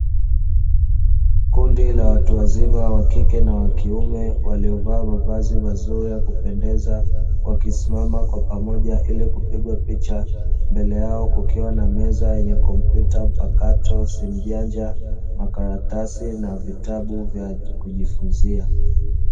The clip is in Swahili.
Kundi la watu wazima wa kike na wa kiume waliovaa mavazi mazuri ya kupendeza wakisimama kwa pamoja ili kupigwa picha, mbele yao kukiwa na meza yenye kompyuta mpakato, simu janja, makaratasi na vitabu vya kujifunzia.